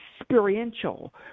experiential